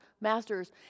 masters